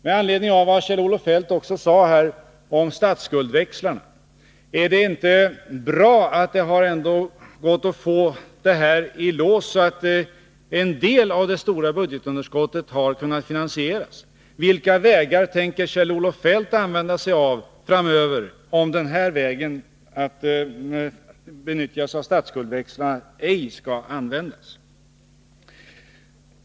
Med anledning av vad Kjell-Olof Feldt sade här om statsskuldsväxlar vill jag fråga: Är det inte bra att den upplåningen lyckats, så att en del av det stora budgetunderskottet har kunnat finansieras? Vilka vägar tänker Kjell-Olof Feldt gå framöver, om alternativet statsskuldsväxlar ej skall användas?